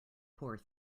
poor